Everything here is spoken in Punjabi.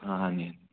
ਹਾਂ ਹਾਂਜੀ ਹਾਂਜੀ